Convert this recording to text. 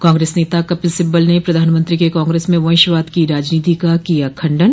कांग्रेस नेता कपिल सिब्बल ने प्रधानमंत्री के कांग्रेस में वंशवाद की राजनीति का किया खण्डन